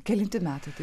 kelinti metai tai